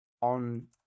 on